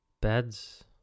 beds